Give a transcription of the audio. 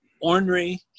ornery